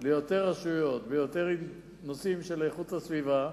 יותר רשויות ביותר נושאים של איכות הסביבה,